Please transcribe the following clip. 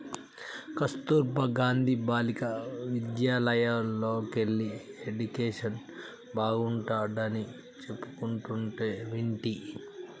కస్తుర్బా గాంధీ బాలికా విద్యాలయల్లోకెల్లి ఎడ్యుకేషన్ బాగుంటాడని చెప్పుకుంటంటే వింటి